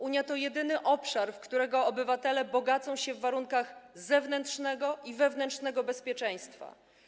Unia to jedyny obszar, którego obywatele bogacą się w warunkach zewnętrznego i wewnętrznego bezpieczeństwa.